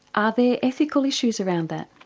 are there ethical issues around that?